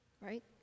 right